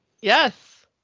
Yes